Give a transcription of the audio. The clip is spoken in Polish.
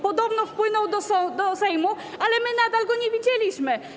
Podobno wpłynął do Sejmu, ale my nadal go nie widzieliśmy.